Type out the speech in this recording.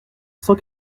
cent